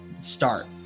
start